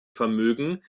vermögen